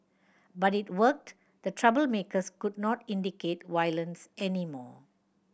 but it worked the troublemakers could not incite violence anymore